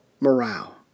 morale